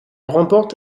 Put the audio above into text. remporte